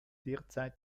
derzeit